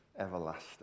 everlasting